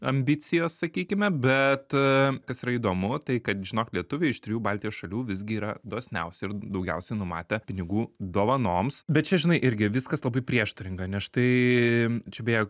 ambicijos sakykime bet kas yra įdomu tai kad žinok lietuviai iš trijų baltijos šalių visgi yra dosniausi ir daugiausiai numatę pinigų dovanoms bet čia žinai irgi viskas labai prieštaringa nes štai čia beje